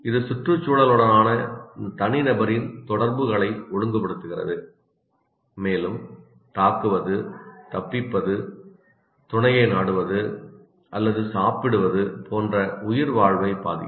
இது சுற்றுச்சூழலுடனான தனிநபரின் தொடர்புகளை ஒழுங்குபடுத்துகிறது மேலும் தாக்குவது தப்பிப்பது துணையை நாடுவது அல்லது சாப்பிடுவது போன்ற உயிர்வாழ்வை பாதிக்கும்